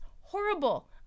horrible